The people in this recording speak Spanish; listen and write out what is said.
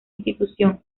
institución